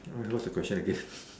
alright what is the question again